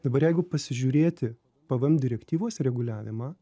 dabar jeigu pasižiūrėti pvm direktyvos reguliavimą